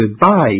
Goodbye